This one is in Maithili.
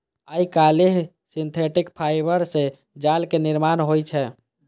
आइकाल्हि सिंथेटिक फाइबर सं जालक निर्माण होइ छै